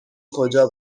کجا